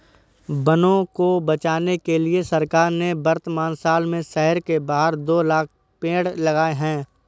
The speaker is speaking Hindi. वनों को बचाने के लिए सरकार ने वर्तमान साल में शहर के बाहर दो लाख़ पेड़ लगाए हैं